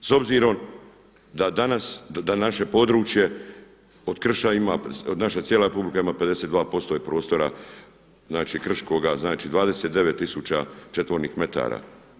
S obzirom da danas, da naše područje od krša ima, naša cijela Republika ima 52% prostora, znači krškoga, znači 29 tisuća četvornih metara.